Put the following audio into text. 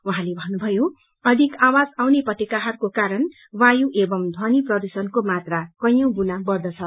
उहाँले भन्नुभयो अधिक आवाज आउने पटेकाहरूको कारण वायु एवं ध्वनि प्रदूषएण्को मात्रा कैयौं गुणा बढ़दछ